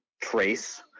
trace